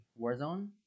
warzone